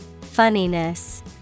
Funniness